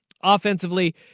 Offensively